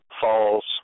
falls